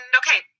okay